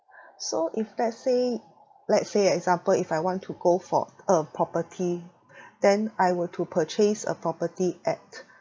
so if let's say let's say example if I want to go for a property then I were to purchase a property at